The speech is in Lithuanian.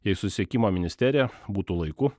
jei susisiekimo ministerija būtų laiku